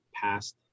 past